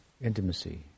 intimacy